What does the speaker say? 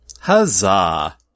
Huzzah